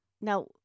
Now